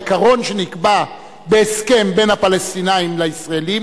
העיקרון שנקבע בהסכם בין הפלסטינים לישראלים